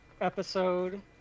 episode